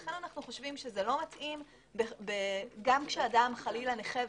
לכן אנו חושבים שזה לא מתאים - גם כשאדם חלילה נכה,